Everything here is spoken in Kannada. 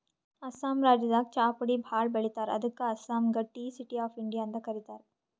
ಅಸ್ಸಾಂ ರಾಜ್ಯದಾಗ್ ಚಾಪುಡಿ ಭಾಳ್ ಬೆಳಿತಾರ್ ಅದಕ್ಕ್ ಅಸ್ಸಾಂಗ್ ಟೀ ಸಿಟಿ ಆಫ್ ಇಂಡಿಯಾ ಅಂತ್ ಕರಿತಾರ್